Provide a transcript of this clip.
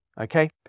okay